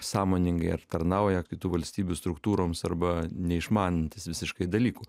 sąmoningai ar tarnauja kitų valstybių struktūroms arba neišmanantys visiškai dalykų